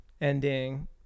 ending